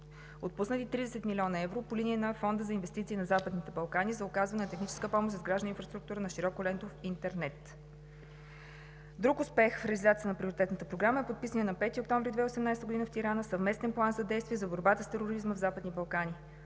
отпуснати 30 млн. евро по линия на Фонда за инвестиции на Западните Балкани за оказване на техническа помощ за изграждане на инфраструктура на широколентов интернет. Друг успех в реализацията на приоритетната програма е подписаният на 5 октомври 2018 г. в Тирана съвместен план за действие за борбата с тероризма в Западните Балкани.